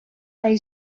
they